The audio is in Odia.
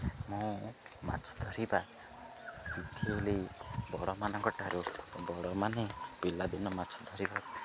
ମୁଁ ମାଛ ଧରିବା ଶିଖିଲି ବଡ଼ମାନଙ୍କଠାରୁ ବଡ଼ମାନେ ପିଲାଦିନ ମାଛ ଧରିବାକୁ